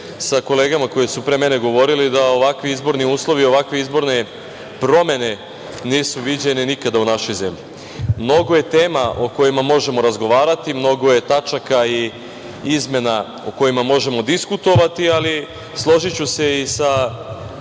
sa kolegama koje su pre mene govorili, da ovakvi izborni uslovi, ovakve izborne promene nisu viđene nikada u našoj zemlji. Mnogo je tema o kojima možemo razgovarati, mnogo je tačaka i izmena o kojima možemo diskutovati, ali složiću se i sa